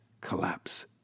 collapse